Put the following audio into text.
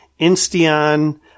Insteon